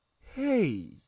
hey